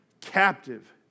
captive